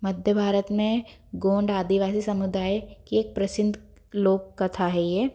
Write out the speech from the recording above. मध्य भारत में गौड़ आदिवासी समुदाय की एक प्रसिद्ध लोक कथा है ये